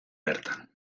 bertan